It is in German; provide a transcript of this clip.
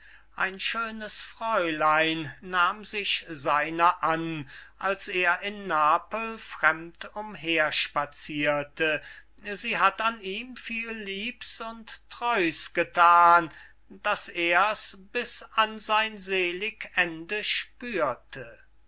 ein schönes fräulein nahm sich seiner an als er in napel fremd umher spazirte sie hat an ihm viel lieb's und treu's gethan daß er's bis an sein selig ende spürte